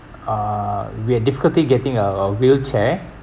uh we had difficulty getting a wheelchair